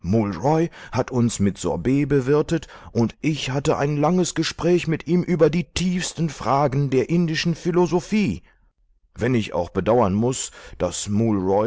hat uns mit sorbet bewirtet und ich hatte ein langes gespräch mit ihm über die tiefsten fragen der indischen philosophie wenn ich auch bedauern muß daß